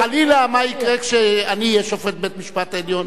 חלילה, מה יקרה כשאני אהיה שופט בית-המשפט העליון?